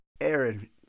Aaron